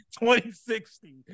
2060